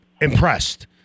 impressed